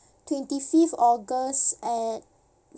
twenty fifth august at